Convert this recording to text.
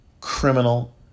criminal